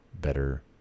better